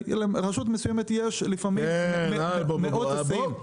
לעתים לרשות מסוימת יש מאות היסעים.